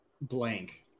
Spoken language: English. blank